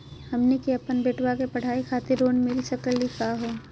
हमनी के अपन बेटवा के पढाई खातीर लोन मिली सकली का हो?